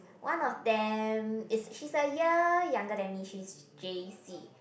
one of them is she's a year younger than me she's J_C